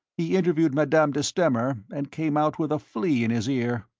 he interviewed madame de stamer, and came out with a flea in his ear.